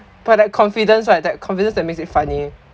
but that confidence right that confidence that makes it funny